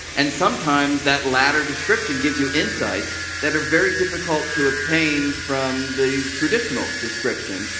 and sometimes, that latter description gives you insights that are very difficult to obtain from the traditional description.